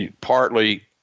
partly